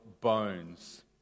bones